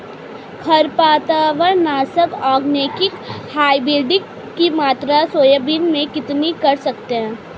खरपतवार नाशक organic hybrid की मात्रा सोयाबीन में कितनी कर सकते हैं?